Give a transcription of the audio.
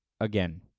again